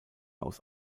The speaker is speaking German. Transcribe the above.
aus